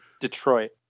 Detroit